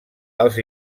els